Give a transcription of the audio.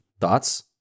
Thoughts